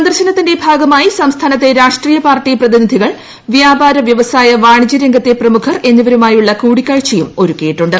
സന്ദർശനത്തിന്റെ ഭാഗമായി സംസ്ഥാനത്തെ രാഷ്ട്രീയ പാർട്ടി പ്രതിനിധികൾ വ്യാപാര വ്യവസായ വാണിജൃ രംഗത്തെ പ്രമുഖർ എന്നിവരുമായുള്ള കൂടിക്കാഴ്ചയും ഒരുക്കിയിട്ടുണ്ട്